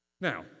Now